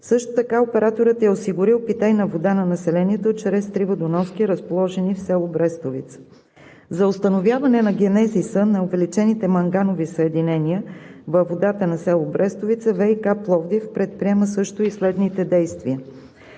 Също така операторът е осигурил питейна вода на населението чрез три водоноски, разположени в село Брестовица. За установяване на генезиса на увеличените манганови съединения във водата на село Брестовица ВиК – Пловдив, предприема също и следните действия: